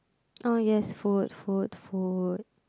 oh yes food food food